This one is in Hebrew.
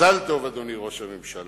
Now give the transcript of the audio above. מזל טוב, אדוני ראש הממשלה.